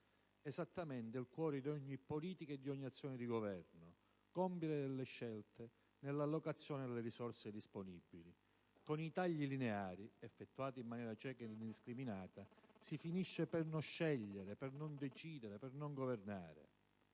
esattamente il cuore di ogni politica e di ogni azione di Governo fare delle scelte nell'allocazione delle risorse disponibili. Con i tagli lineari, effettuati in maniera cieca ed indiscriminata, si finisce per non scegliere, per non decidere, per non governare.